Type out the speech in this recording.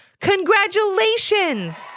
Congratulations